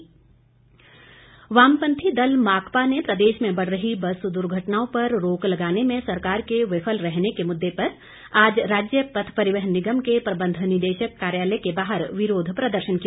धरना वामपंथी दल माकपा ने प्रदेश में बढ़ रही बस दुर्घटनाओं पर रोक लगाने में सरकार के विफल रहने के मुद्दे पर आज राज्य पथ परिवहन निगम के प्रबंध निदेशक कार्यालय के बाहर विरोध प्रदर्शन किया